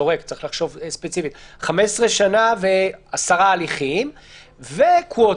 צריך לחשוב ספציפית של 15 שנה ועשרה הליכים וקווטה.